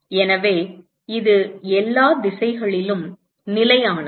எனவே இது எல்லா திசைகளிலும் நிலையானது